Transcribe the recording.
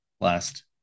last